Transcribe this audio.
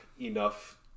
enough